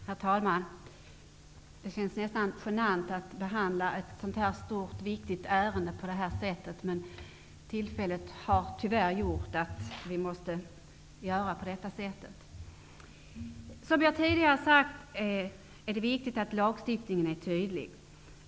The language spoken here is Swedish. Herr talman! Det känns nästan genant att behandla ett så här stort och viktigt ärende på detta sätt. Tyvärr har tillfället gjort att vi måste göra så här. Som jag tidigare har sagt är det viktigt att lagstiftningen är tydlig.